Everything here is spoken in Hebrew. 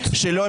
ההסתייגות?